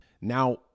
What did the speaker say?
Now